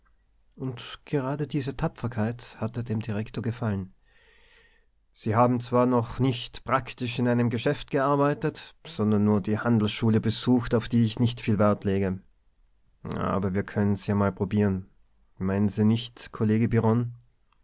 und gerade diese tapferkeit hatte dem direktor gefallen sie haben zwar noch nicht praktisch in einem geschäft gearbeitet sondern nur die handelsschule besucht auf die ich nicht viel wert lege aber wir könnten's ja mal probieren meinen sie nicht